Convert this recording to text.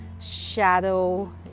shadow